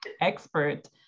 expert